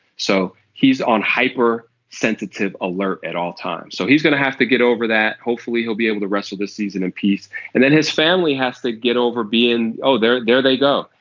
so he's on hyper sensitive alert at all times. so he's going to have to get over that hopefully he'll be able the rest of the season in peace and then his family has to get over being oh there there they go.